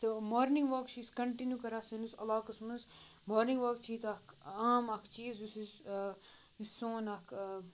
تہٕ morning walk چھِ أسۍ کَنٹِنیوٗ کَران سٲنِس علاقَس منٛز مارنِنٛگ واک چھِ ییٚتہِ اَکھ عام اَکھ چیٖز یُس أسۍ یُس سون اَکھ